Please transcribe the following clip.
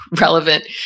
relevant